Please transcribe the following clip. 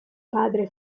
padre